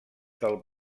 del